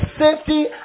safety